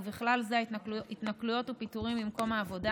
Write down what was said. ובכלל זה התנכלויות ופיטורים ממקום העבודה,